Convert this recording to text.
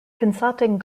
consulting